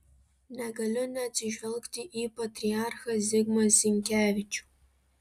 negaliu neatsižvelgti į patriarchą zigmą zinkevičių